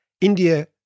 India